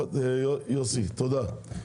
יוסי, תודה.